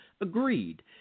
agreed